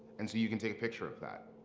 and so you can take a picture of that.